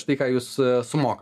štai ką jūs sumoka